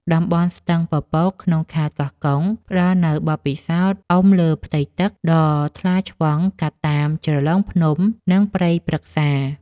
តំបន់ស្ទឹងពពកក្នុងខេត្តកោះកុង ផ្ដល់នូវបទពិសោធន៍អុំលើផ្ទៃទឹកដ៏ថ្លាឆ្វង់កាត់តាមជ្រលងភ្នំ និងព្រៃព្រឹក្សា។